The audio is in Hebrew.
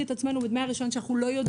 את עצמנו בדמי הרישיון שאנחנו לא יודעים מה הם.